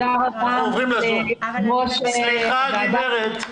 תודה רבה אדוני היושב הראש.